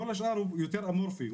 כל השאר הוא יותר אמורפי,